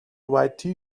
white